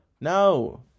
No